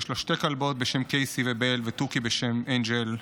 יש לו שתי כלבות בשם קייסי ובל ותוכי בשם אנג'ל.